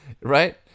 Right